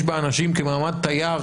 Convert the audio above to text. יש בה אנשים במעמד תייר,